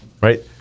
right